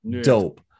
dope